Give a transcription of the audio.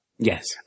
Yes